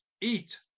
Eat